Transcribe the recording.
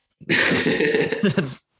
That's-